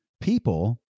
people